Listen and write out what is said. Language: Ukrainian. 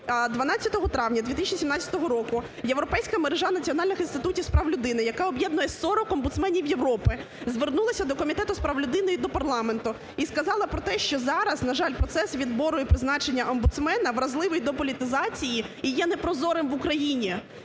12 травня 2017 року Європейська мережа національних інститутів з прав людини, яка об'єднує 40 омбудсменів Європи, звернулася до Комітету з прав людини і до парламенту, і сказала про те, що зараз, на жаль, процес відбору і призначення омбудсмена вразливий до політизації і є непрозорим в Україні.